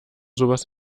sowas